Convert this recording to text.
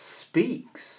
speaks